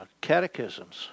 catechisms